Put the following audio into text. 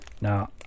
Now